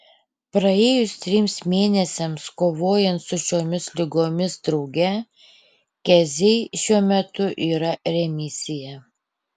praėjus trims mėnesiams kovojant su šiomis ligomis drauge keziai šiuo metu yra remisija